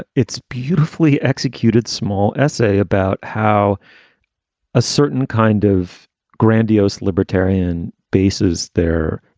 it's beautifully executed small essay about how a certain kind of grandiose libertarian bases there.